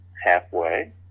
halfway